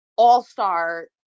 all-star